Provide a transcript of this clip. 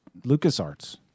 LucasArts